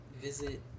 visit